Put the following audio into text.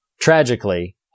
tragically